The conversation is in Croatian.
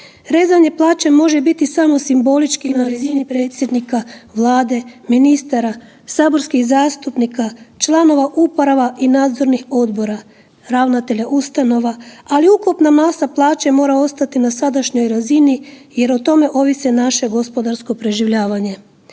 Rezanje plaća može biti samo simbolički na razini predsjednika Vlade, ministara, saborskih zastupnika, članova uprava i nadzornih odbora, ravnatelja ustanova, ali ukupna masa plaća mora ostati na sadašnjoj razini jer o tome ovisi naše gospodarsko preživljavanje.